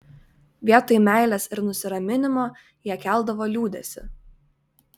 vietoj meilės ir nusiraminimo jie keldavo liūdesį